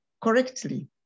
correctly